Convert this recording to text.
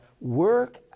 work